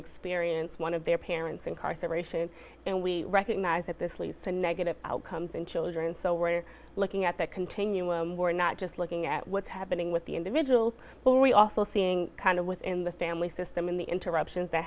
experienced one of their parents incarceration and we recognize that this leads to negative outcomes in children so we're looking at that continuum we're not just looking at what's happening with the individuals who we are also seeing kind of within the family system in the interruptions that